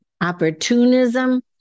opportunism